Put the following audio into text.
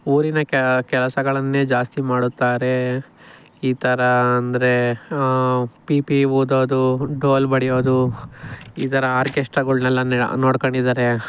ಊರಿನ ಕೆಲಸಗಳನ್ನೇ ಜಾಸ್ತಿ ಮಾಡುತ್ತಾರೆ ಈ ಥರ ಅಂದರೆ ಪೀಪಿ ಊದೋದು ಡೋಲು ಬಡಿಯೋದು ಈ ಥರ ಆರ್ಕೆಸ್ಟ್ರಾಗಳ್ನೆಲ್ಲ ನೋಡ್ಕೊಂಡಿದ್ದಾರೆ